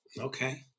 Okay